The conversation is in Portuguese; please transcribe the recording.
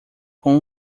com